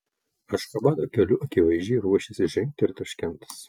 ašchabado keliu akivaizdžiai ruošiasi žengti ir taškentas